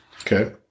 Okay